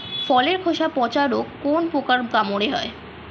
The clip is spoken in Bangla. ফলের খোসা পচা রোগ কোন পোকার কামড়ে হয়?